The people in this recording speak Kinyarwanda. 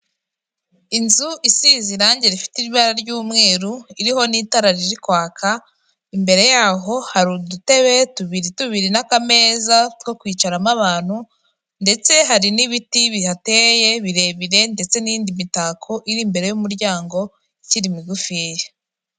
Inzu isize irangi rifite ibara ry'umweru, iriho n'itara riri kwaka, imbere yaho hari udutebe tubiri tubiri n'akameza two kwicaramo abantu ndetse hari n'ibiti bihateye birebire ndetse n'indi mitako iri imbere y'umuryango ikiri migufiya.